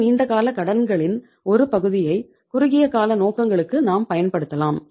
அந்த நீண்டகால கடன்களின் ஒரு பகுதியை குறுகியகால நோக்கங்களுக்கு நாம் பயன்படுத்தலாம்